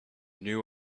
new